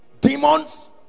demons